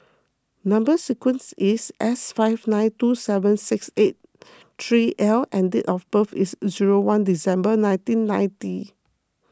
Number Sequence is S five nine two seven six eight three L and date of birth is zero one December nineteen ninety